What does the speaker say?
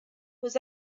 was